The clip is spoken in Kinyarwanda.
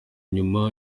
nyuma